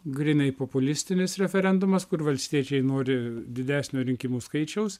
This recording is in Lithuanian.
grynai populistinis referendumas kur valstiečiai nori didesnio rinkimų skaičiaus